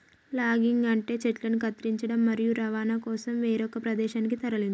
logging అంటే చెట్లను కత్తిరించడం, మరియు రవాణా కోసం వేరొక ప్రదేశానికి తరలించడం